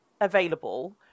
available